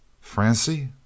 Francie